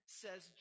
says